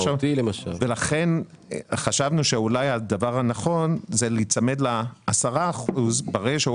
לכן חשבנו שאולי הדבר הנכון הוא להיצמד ל-10 אחוזים וברגע שהוא